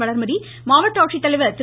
வள்மதி மாவட்ட ஆட்சித்தலைவர் திரு